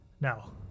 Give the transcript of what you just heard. now